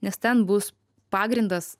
nes ten bus pagrindas